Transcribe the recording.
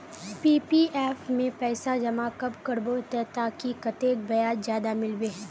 PPF में पैसा जमा कब करबो ते ताकि कतेक ब्याज ज्यादा मिलबे?